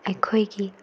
ꯑꯩꯈꯣꯏꯒꯤ